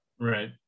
Right